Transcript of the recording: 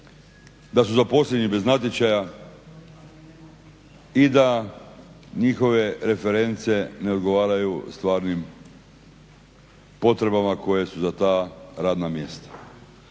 da su zaposleni bez natječaja i da njihove reference ne odgovaraju stvarnim potrebama koja su za ta radna mjesta.